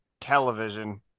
television